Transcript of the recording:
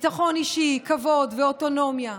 ביטחון אישי, כבוד ואוטונומיה,